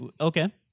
Okay